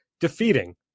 defeating